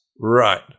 right